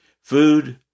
Food